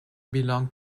belong